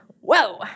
Whoa